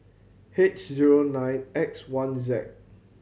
H zero nine X one Z